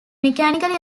mechanically